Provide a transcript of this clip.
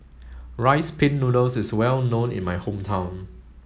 rice pin noodles is well known in my hometown